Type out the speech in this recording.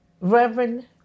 Reverend